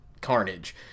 carnage